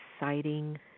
exciting